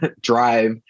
drive